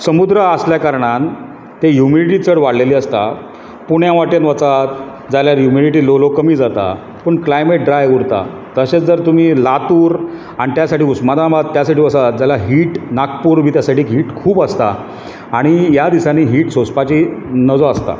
समुद्र आसल्या कारणान ती ह्युमिडिटी चड वाडलेली आसता पुण्या वाटेन वचात जाल्यार ह्युमिडिटी ल्हवू ल्हवू कमी जाता पूण क्लायमेट ड्राय उरता तशेंच जर तुमी लातूर आनी त्या सायडी उश्मादामात त्या सायडी वसात जाल्यार हीट नागपूर बी त्या सायडीक हीट खूब आसता आनी ह्या दिसांनी हीट सोंसपाची नजो आसता